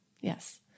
Yes